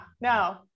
no